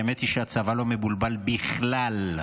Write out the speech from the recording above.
האמת היא שהצבא לא מבולבל בכלל,